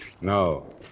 No